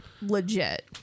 legit